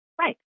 Right